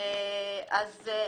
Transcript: בעצם כאן